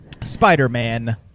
Spider-Man